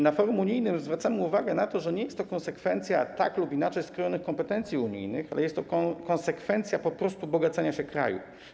Na forum unijnym zwracamy uwagę na to, że nie jest to konsekwencja tak lub inaczej skrojonych kompetencji unijnych, ale jest to konsekwencja bogacenia się kraju.